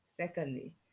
Secondly